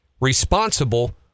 responsible